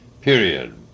period